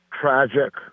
tragic